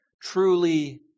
truly